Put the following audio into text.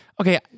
Okay